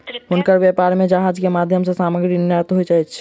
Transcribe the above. हुनकर व्यापार में जहाज के माध्यम सॅ सामग्री निर्यात होइत अछि